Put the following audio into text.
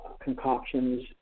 concoctions